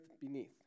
beneath